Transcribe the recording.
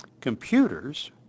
Computers